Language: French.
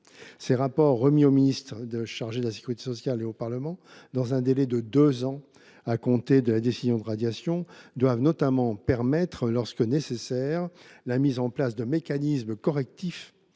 Ces rapports, remis aux ministres chargés de la sécurité sociale et au Parlement, dans un délai de deux ans à compter de la décision de radiation, doivent notamment permettre, lorsque cela est nécessaire, la mise en place de mécanismes correctifs